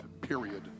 period